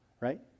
right